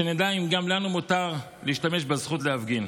שנדע אם גם לנו מותר להשתמש בזכות להפגין.